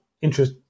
interest